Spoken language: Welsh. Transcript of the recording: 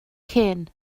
cyn